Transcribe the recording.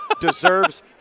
deserves